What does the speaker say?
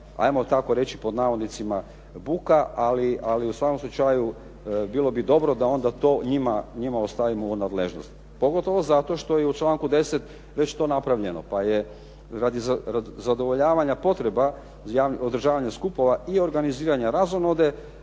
ajmo tako reći "buka" ali u svakom slučaju bilo bi dobro da onda to njima ostavimo u nadležnost. Pogotovo zato što i u članku 10. već to napravljeno pa je radi zadovoljavanja potreba održavanja skupova i organiziranja razonode,